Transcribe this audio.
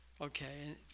Okay